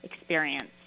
experience